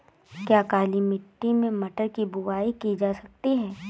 क्या काली मिट्टी में मटर की बुआई की जा सकती है?